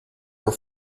were